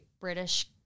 British